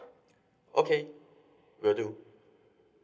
okay will do